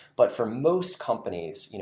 but for most companies, you know